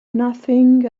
nothing